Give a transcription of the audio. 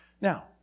Now